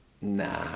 nah